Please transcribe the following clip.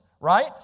Right